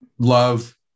Love